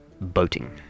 boating